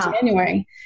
January